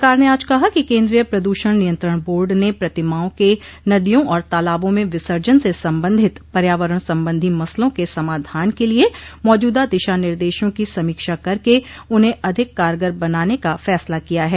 सरकार ने आज कहा कि केन्द्रीय प्रदूषण नियंत्रण बोर्ड ने प्रतिमाओं के नदियों और तालाबों में विसर्जन से संबंधित पर्यावरण संबंधी मसलों के समाधान के लिए मौजूदा दिशा निर्देशों की समीक्षा करके उन्हें अधिक कारगर बनाने का फैसला किया है